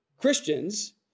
Christians